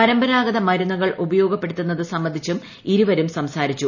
പരമ്പരാഗത മരുന്നുകൾ ഉപയോഗപ്പെടുത്തുന്നത് സംബന്ധിച്ചും ഇരുവരും സംസാരിച്ചു